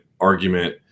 argument